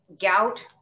gout